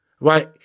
Right